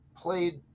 played